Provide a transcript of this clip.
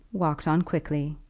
walked on quickly,